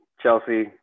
Chelsea